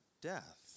death